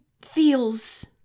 feels